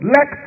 Let